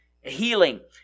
healing